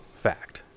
fact